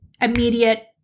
immediate